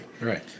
Right